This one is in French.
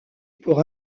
pour